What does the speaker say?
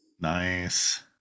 Nice